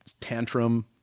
tantrum